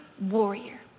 warrior